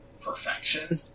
perfection